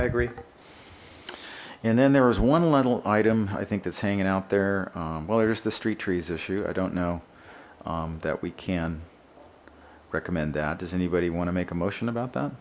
i agree and then there was one little item i think that's hanging out there well there's the street trees issue i don't know that we can recommend that does anybody want to make a motion about that